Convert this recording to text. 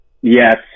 yes